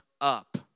up